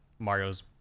Marios